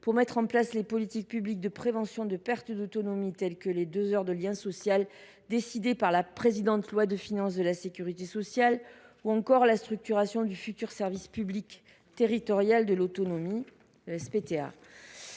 pour mettre en place les politiques publiques de prévention de perte d’autonomie telles que les deux heures de lien social décidées par la précédente loi de financement de la sécurité sociale ou encore la structuration du futur service public territorial de l’autonomie.